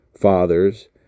Fathers